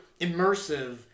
immersive